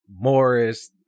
Morris